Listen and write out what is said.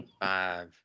Five